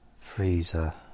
freezer